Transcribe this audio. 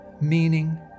meaning